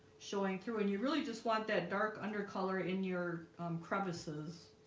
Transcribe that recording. showing through and you really just want that dark under color in your um crevices